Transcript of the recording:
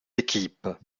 équipes